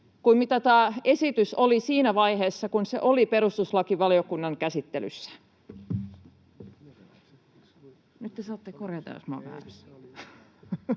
kuin mitä tämä esitys oli siinä vaiheessa, kun se oli perustuslakivaliokunnan käsittelyssä. Edustaja Kiuru, Krista.